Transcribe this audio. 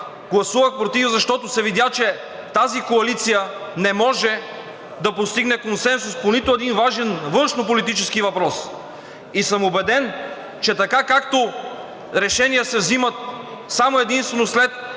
Гласувах против, защото се видя, че тази коалиция не може да постигне консенсус по нито един важен външнополитически въпрос и съм убеден, че така, както решения се взимат само и единствено след